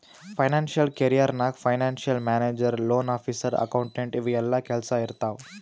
financial career ನಾಗ್ financial manager, loan officer, accountant ಇವು ಎಲ್ಲಾ ಕೆಲ್ಸಾ ಇರ್ತಾವ್